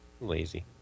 lazy